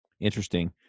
Interesting